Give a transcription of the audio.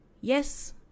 Yes